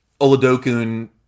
Oladokun